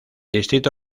distrito